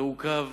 זה עוכב